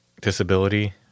disability